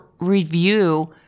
review